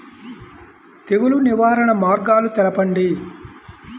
తెగులు నివారణ మార్గాలు తెలపండి?